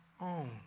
own